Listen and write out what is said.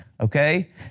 okay